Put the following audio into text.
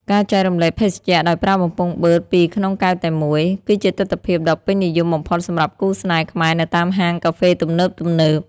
ការចែករំលែកភេសជ្ជៈដោយប្រើបំពង់បឺតពីរក្នុងកែវតែមួយ គឺជាទិដ្ឋភាពដ៏ពេញនិយមបំផុតសម្រាប់គូស្នេហ៍ខ្មែរនៅតាមហាងកាហ្វេទំនើបៗ។